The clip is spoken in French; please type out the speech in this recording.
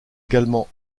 également